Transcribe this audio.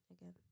again